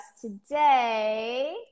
today